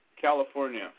California